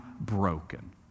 broken